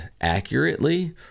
accurately